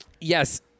Yes